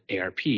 ARP